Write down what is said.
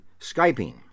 Skyping